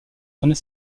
sonner